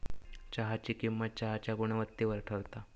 चहाची किंमत चहाच्या गुणवत्तेवर ठरता